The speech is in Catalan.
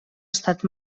estat